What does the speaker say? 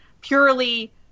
purely